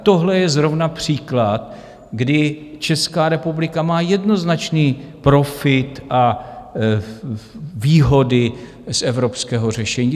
Tohle je zrovna příklad, kdy Česká republika má jednoznačný profit a výhody z evropského řešení.